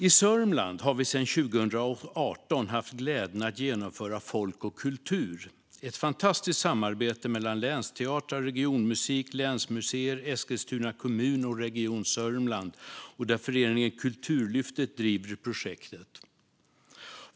I Sörmland har vi sedan 2018 haft glädjen att genomföra Folk och Kultur, ett fantastiskt samarbete mellan länsteatrarna, regionmusiken, länsmuseerna, Eskilstuna kommun och Region Sörmland. Föreningen Kulturlyftet driver projektet.